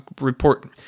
report